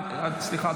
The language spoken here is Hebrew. סליחה,